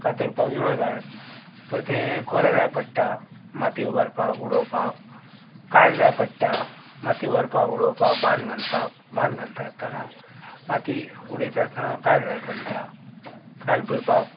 कातरपाक इळो जाय परतें खोरें जाय पडटा माती उबारपाक उडोवपाक कायल जाय पडटा माती व्हरपाक उडोवपाक बांद घालपाक बांद घालता आसतना माती उडयता आसतना कायल जाय पडटा कायल भरपाक